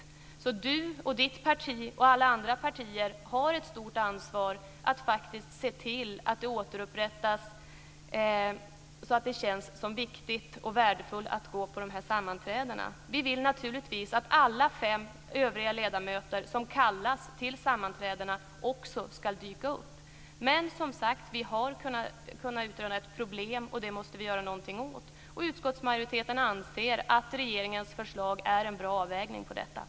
Marietta de Pourbaix-Lundin och hennes parti liksom alla andra partier har ett stort ansvar för att faktiskt se till att det åter känns viktigt och värdefullt att gå på sammanträdena. Vi vill naturligtvis att alla de fem ledamöter som kallas till sammanträdena också ska infinna sig där, men vi har som sagt konstaterat att det finns ett problem som vi måste göra någonting åt. Utskottsmajoriteten anser att regeringens förslag representerar en god avvägning.